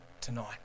tonight